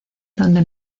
donde